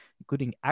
including